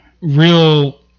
real